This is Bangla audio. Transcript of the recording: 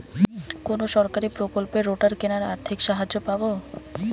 কোন সরকারী প্রকল্পে রোটার কেনার আর্থিক সাহায্য পাব?